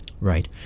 Right